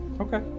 Okay